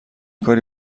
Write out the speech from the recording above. کاری